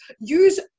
use